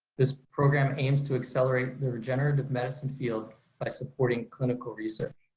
this program aims to accelerate the regenerative medicine field by supporting clinical research.